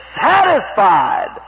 satisfied